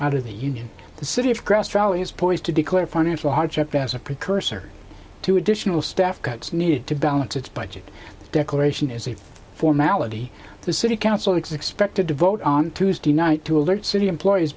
out of the union the city of grass valley is poised to declare financial hardship as a precursor to additional staff cuts needed to balance its budget declaration is a formality the city council expected to vote on tuesday night to alert city employees